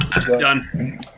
Done